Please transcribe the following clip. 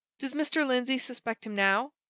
does mr. lindsey suspect him now?